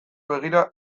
begira